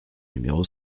numéro